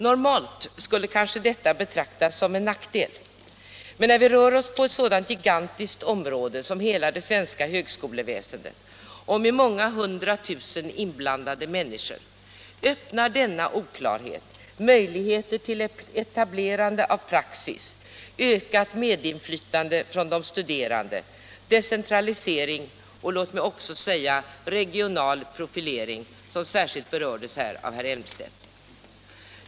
Normalt skulle kanske detta betraktas som en nackdel, men när vi rör oss på ett sådant gigantiskt område som hela det svenska högskoleväsendet och med många hundra tusen inblandade människor öppnar denna oklarhet möjligheter till etablerande av praxis, ökat medinflytande för de studerande, decentralisering och — låt mig också säga det — regional profilering, som särskilt berördes här av herr Elmstedt.